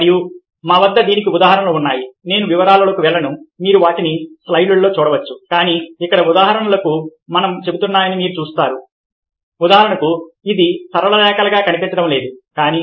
మరియు మా వద్ద దీనికి ఉదాహరణలు ఉన్నాయి నేను వివరాల్లోకి వెళ్లను మీరు వాటిని స్లయిడ్లలో చూడవచ్చు కానీ ఇక్కడ ఉదాహరణలు మనకు చెబుతున్నాయని మీరు చూస్తారు ఉదాహరణకు ఇది సరళ రేఖలా కనిపించడం లేదు కానీ